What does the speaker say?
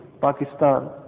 Pakistan